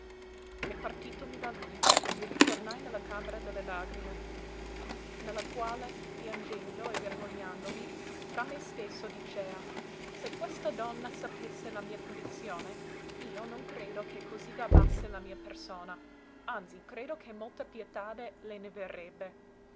e partitomi da lui mi ritornai ne la camera de le lagrime ne la quale piangendo e vergognandomi fra me stesso dicea se questa donna sapesse la mia condizione io non credo che così gabbasse la mia persona anzi credo che molta pietade le ne verrebbe